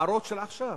הבוערות של עכשיו.